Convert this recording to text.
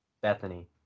Bethany